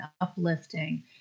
uplifting